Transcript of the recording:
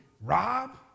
rob